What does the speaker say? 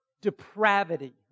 depravity